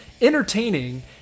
entertaining